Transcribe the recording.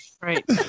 Right